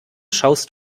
schaust